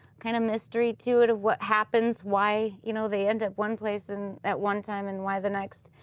kind of mystery to it of what happens, why you know they end up one place and at one time and why the next,